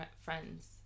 friends